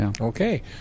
Okay